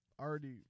already